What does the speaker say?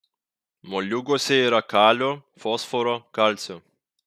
moliūguose yra kalio fosforo kalcio